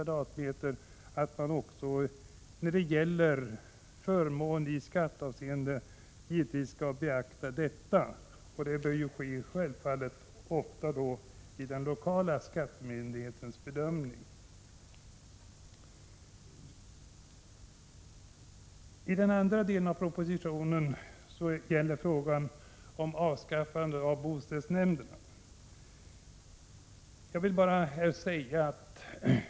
och givetvis även då det gäller förmånen i skatteavseende. Den lokala skattemyndigheten bör självfallet ta hänsyn till detta vid sin bedömning. Den andra delen av propositionen gäller frågan om avskaffande av boställsnämnderna.